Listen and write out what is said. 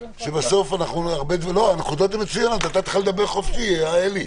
הנקודות מצוינות ונתתי לך לדבר חופשי, אלי.